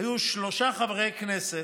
היו שלושה חברי כנסת,